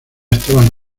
estaban